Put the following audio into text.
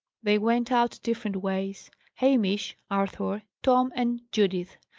they went out different ways hamish, arthur, tom, and judith.